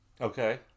Okay